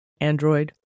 Android